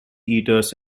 eaters